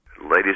ladies